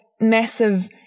massive